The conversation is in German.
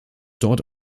dort